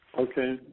Okay